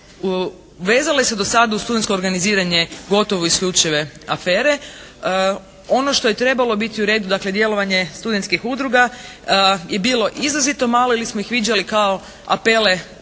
vezalo se do sada u studentsko organiziranje gotovo isključive afere. Ono što je trebalo biti u redu dakle djelovanje studentskih udruga je bilo izrazito malo ili smo ih viđali kao apele za novce